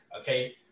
Okay